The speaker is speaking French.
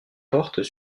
portent